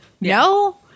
No